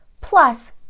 Plus